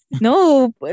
no